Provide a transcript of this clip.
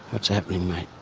what's happening mate?